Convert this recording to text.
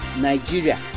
Nigeria